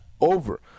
over